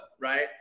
Right